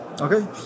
Okay